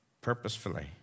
purposefully